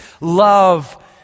love